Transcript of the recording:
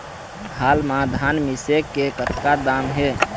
हाल मा धान मिसे के कतका दाम हे?